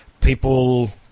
people